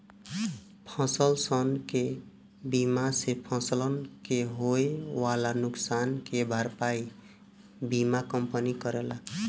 फसलसन के बीमा से फसलन के होए वाला नुकसान के भरपाई बीमा कंपनी करेले